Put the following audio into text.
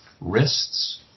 wrists